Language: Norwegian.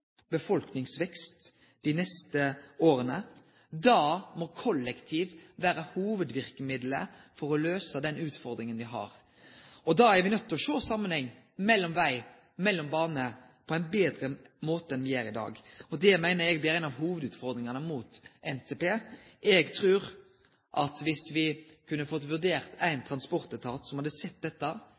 befolkningsvekst dei neste åra. Da må det kollektive vere hovudverkemidlet for å løyse den utfordringa me har. Da er me nøydde til å sjå på samanhengen mellom veg og bane på ein betre måte enn det me gjer i dag. Det meiner eg er ei av hovudutfordringane mot NTP. Eg trur at dersom me kunne få ein transportetat som hadde sett dette,